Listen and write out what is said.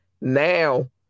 Now